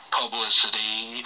publicity